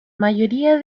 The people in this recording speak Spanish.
mayoría